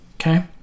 okay